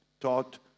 taught